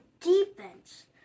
defense